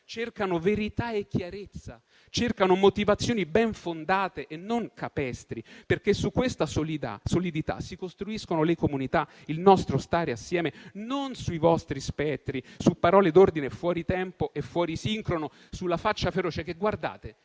cercano verità e chiarezza, motivazioni ben fondate e non capestri, perché è su questa solidità che si costruiscono le comunità e il nostro stare assieme, non sui vostri spettri, su parole d'ordine fuori tempo e fuori sincrono, sulla faccia feroce. Guardate